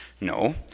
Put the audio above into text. no